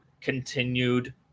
continued